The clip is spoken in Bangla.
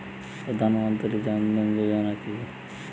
প্রধান মন্ত্রী জন ধন যোজনা কি?